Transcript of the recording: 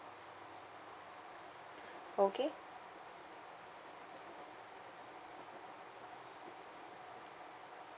okay